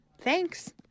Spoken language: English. Thanks